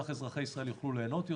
כך אזרחי ישראל יוכלו ליהנות יותר,